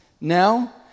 now